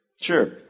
Sure